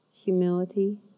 humility